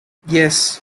yes